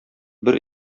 бер